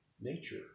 nature